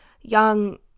young